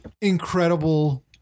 incredible